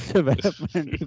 Development